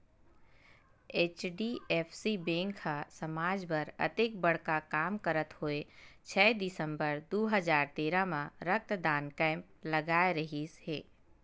HDFC bank ह समाज बर अतेक बड़का काम करत होय छै दिसंबर दू हजार तेरा म रक्तदान कैम्प लगाय रिहिस हे